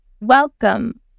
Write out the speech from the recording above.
welcome